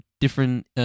different